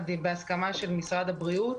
בהסכמה של משרד הבריאות.